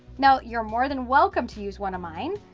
now you're more than welcome to use one of mine.